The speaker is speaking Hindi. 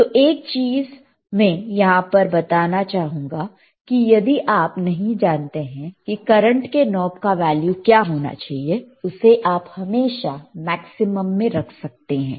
तो एक चीज में यहां पर बताना चाहूंगा कि यदि आप नहीं जानते हैं कि करंट के नॉब का वैल्यू क्या होना चाहिए उसे आप हमेशा मैक्सिमम में रख सकते हैं